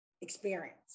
experience